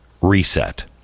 reset